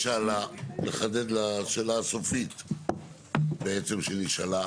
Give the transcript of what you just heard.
השאלה שהיא שאלה, לחדד לשאלה הסופית בעצם שנשאלה.